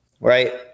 right